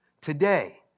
Today